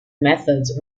methods